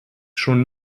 schon